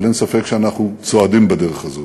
אבל אין ספק שאנחנו צועדים בדרך הזאת.